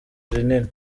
rinini